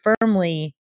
firmly